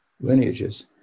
lineages